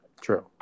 True